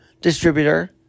distributor